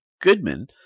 Goodman